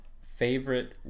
favorite